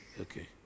Okay